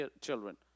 children